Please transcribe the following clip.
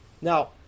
now